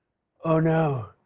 oh, no.